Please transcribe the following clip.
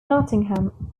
nottingham